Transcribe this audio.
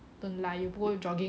don't lie you go jogging with it